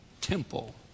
temple